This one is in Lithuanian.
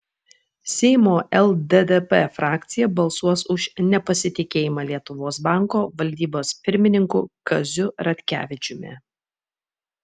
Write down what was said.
seimo lddp frakcija balsuos už nepasitikėjimą lietuvos banko valdybos pirmininku kaziu ratkevičiumi